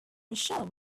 mitchell